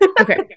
Okay